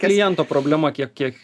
kliento problema kiek kiek